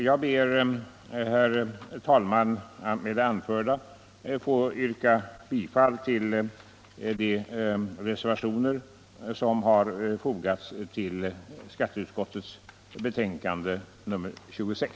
Jag ber, herr talman, att med det anförda få yrka bifall till de reservationer som har fogats till skatteutskottets betänkande nr 26.